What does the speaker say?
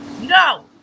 No